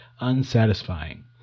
unsatisfying